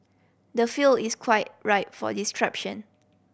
the field is quite ripe for disruption